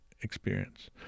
experience